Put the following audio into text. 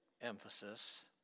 emphasis